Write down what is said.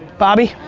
bobby.